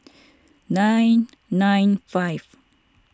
nine nine five